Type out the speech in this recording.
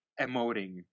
emoting